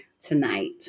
tonight